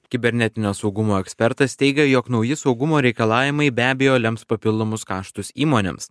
kibernetinio saugumo ekspertas teigia jog nauji saugumo reikalavimai be abejo lems papildomus kaštus įmonėms